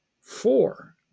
four